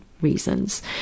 reasons